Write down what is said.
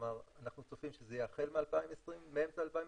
כלומר אנחנו צופים שזה יהיה מאמצע 2021,